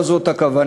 לא זו הכוונה,